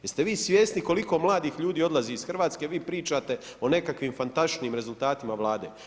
Jeste vi svjesni koliko mladih ljudi odlazi iz Hrvatske a vi pričate o nekakvim fantastičnim rezultatima Vlade?